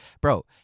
bro